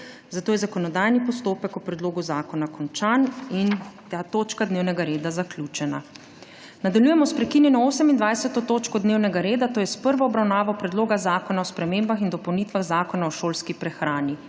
zato je zakonodajni postopek o predlogu zakona končan in ta točka dnevnega reda zaključena. Nadaljujemo sprekinjeno 28. točko dnevnega reda, to je s prvo obravnavo Predloga zakona o spremembah in dopolnitvah Zakona o šolski prehrani.